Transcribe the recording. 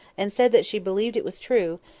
and said that she believed it was true,